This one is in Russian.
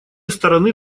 стороны